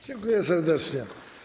Dziękuję serdecznie.